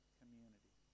community